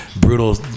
brutal